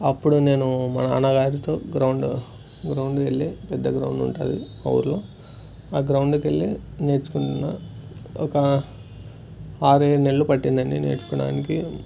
అప్పుడు నేను మా నాన్నగారితో గ్రౌండ్ గ్రౌండ్ వెళ్లి పెద్ద గ్రౌండ్ ఉంటుంది మా ఊళ్ళో ఆ గ్రౌండ్కు వెళ్లి నేర్చుకున్నాను ఒక ఆరు ఏడు నెలలు పట్టింది అండి నేర్చుకోడానికి